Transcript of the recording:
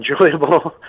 enjoyable